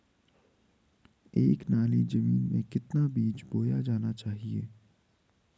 एक नाली जमीन में कितना बीज बोया जाना चाहिए?